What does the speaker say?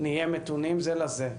נהיה מתונים זה לזה,